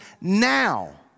now